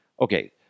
Okay